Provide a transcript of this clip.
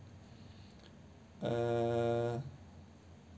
uh